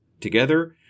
together